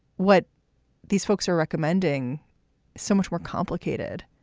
what these folks are recommending so much more complicated.